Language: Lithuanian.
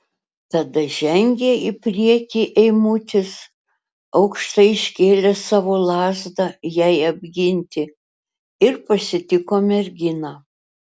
tada žengė į priekį eimutis aukštai iškėlęs savo lazdą jai apginti ir pasitiko merginą